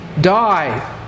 die